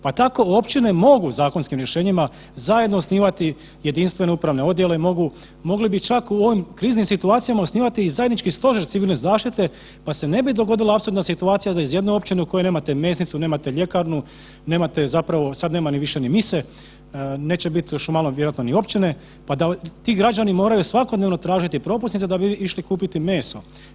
Pa tako općine mogu zakonskim rješenjima zajedno osnivati jedinstvene upravne odjele, mogu, mogli bi čak u ovim kriznim situacijama osnivati i zajednički stožer civilne zaštite, pa se ne bi dogodila apsurdna situacija da iz jedne općine u kojoj nemate mesnicu, nemate ljekarnu, nemate zapravo, sad nema ni više ni mise, neće bit još malo vjerojatno ni općine, pa da ti građani moraju svakodnevno tražiti propusnice da bi išli kupiti meso.